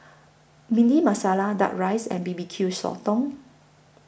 Bhindi Masala Duck Rice and B B Q Sotong